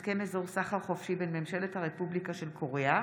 משה גפני,